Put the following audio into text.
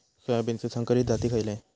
सोयाबीनचे संकरित जाती खयले?